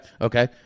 Okay